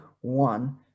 one